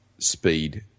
speed